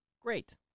Great